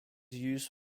used